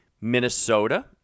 Minnesota